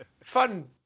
Fun